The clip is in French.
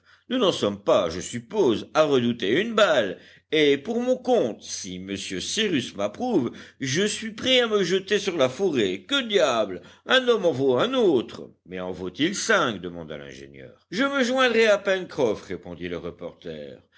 nous n'en sommes pas je suppose à redouter une balle et pour mon compte si monsieur cyrus m'approuve je suis prêt à me jeter sur la forêt que diable un homme en vaut un autre mais en vaut-il cinq demanda l'ingénieur je me joindrai à pencroff répondit le reporter